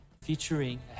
featuring